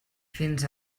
fins